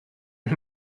und